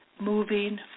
moving